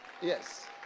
Yes